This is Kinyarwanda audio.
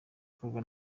ikorwa